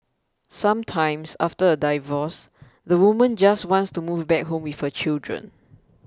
sometimes after a divorce the woman just wants to move back home with her children